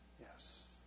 Yes